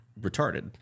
retarded